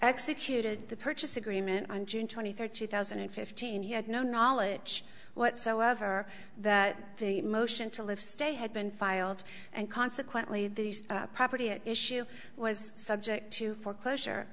executed the purchase agreement on june twenty third two thousand and fifteen he had no knowledge whatsoever that the motion to live stay had been filed and consequently the property at issue was subject to foreclosure